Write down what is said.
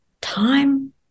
time